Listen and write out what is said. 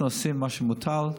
אנחנו עושים מה שמוטל,